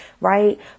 right